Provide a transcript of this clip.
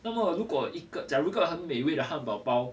那么如果一个假如一个很美味的汉堡包